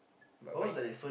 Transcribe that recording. but quite